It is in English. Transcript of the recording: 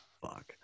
Fuck